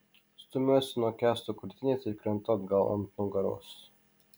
stumiuosi nuo kęsto krūtinės ir krentu atgal ant nugaros